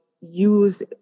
use